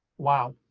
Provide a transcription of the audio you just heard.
wow.